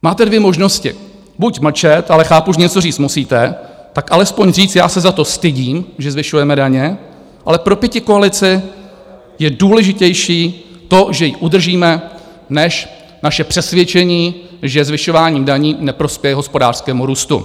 Máte dvě možnosti buď mlčet, ale chápu, že něco říct musíte, tak alespoň říct, já se za to stydím, že zvyšujeme daně, ale pro pětikoalici je důležitější to, že ji udržíme, než naše přesvědčení, že zvyšováním daní neprospěje hospodářskému růstu.